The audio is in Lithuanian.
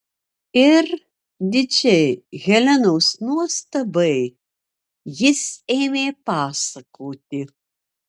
ir didžiai helenos nuostabai jis ėmė pasakoti